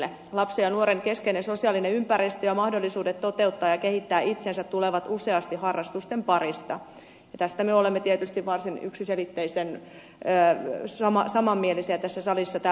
lapsen ja nuoren keskeinen sosiaalinen ympäristö ja mahdollisuudet toteuttaa ja kehittää itseänsä tulevat useasti harrastusten parista ja tästä me olemme tietysti varsin yksiselitteisen samanmielisiä tässä salissa tällä hetkellä